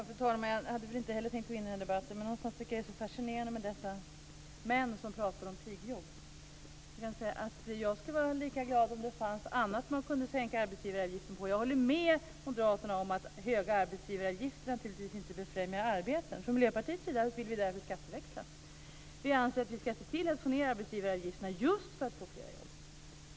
Fru talman! Inte heller jag hade tänkt gå in i den här debatten. Men någonstans tycker jag att det är så fascinerande med dessa män som talar om pigjobb. Jag skulle vara lika glad om det fanns annat som man kunde sänka arbetsgivaravgiften på. Jag håller med moderaterna att höga arbetsgivaravgifter naturligtvis inte befrämjar arbeten. Från Miljöpartiets sida vill vi därför skatteväxla. Vi anser att man skall se till att få ned arbetsgivaravgifterna just för att få fler jobb.